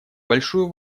большую